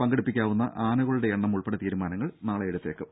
പങ്കെടുപ്പിക്കാവുന്ന ആനകളുടെ എണ്ണം ഉൾപ്പെടെ തീരുമാനങ്ങൾ നാളെ എടുക്കും